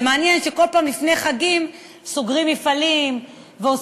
זה מעניין שכל פעם לפני חגים סוגרים מפעלים ועושים